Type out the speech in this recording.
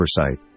oversight